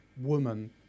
woman